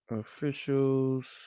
officials